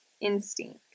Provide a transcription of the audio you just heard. instinct